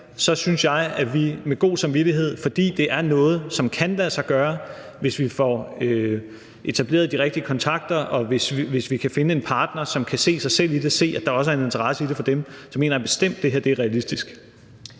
synes jeg, at jeg med god samvittighed kan sige – for det er noget, som kan lade sig gøre, hvis vi får etableret de rigtige kontakter, og hvis vi kan finde en partner, som kan se selv i det; som kan se, at der også er en interesse i det for dem – at så mener jeg bestemt, at det her er realistisk.